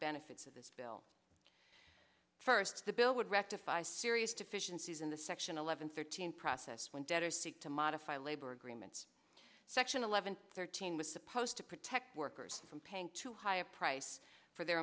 benefits of this bill first the bill would rectify serious deficiencies in the section eleven thirteen process when debtors seek to modify labor agreements section eleven thirteen was supposed to protect workers from paying too high a price for their